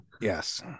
yes